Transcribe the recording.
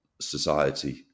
society